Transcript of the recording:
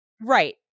Right